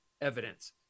evidence